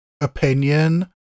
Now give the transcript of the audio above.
opinion